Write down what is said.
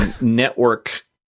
network